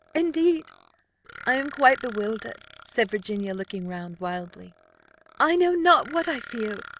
indeed i am quite bewildered, said virginia, looking round wildly i know not what i feel.